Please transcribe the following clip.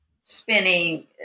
spinning